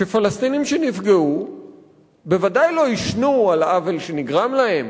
שפלסטינים שנפגעו בוודאי לא יישְנו על העוול שנגרם להם,